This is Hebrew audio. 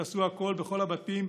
תעשו הכול בכל הבתים,